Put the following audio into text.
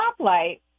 stoplight